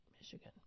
Michigan